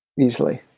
Easily